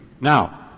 Now